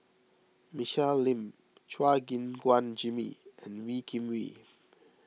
Michelle Lim Chua Gim Guan Jimmy and Wee Kim Wee